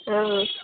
हा